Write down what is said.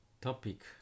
topic